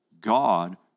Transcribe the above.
God